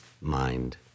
mind